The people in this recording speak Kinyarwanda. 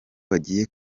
bagiye